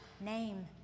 name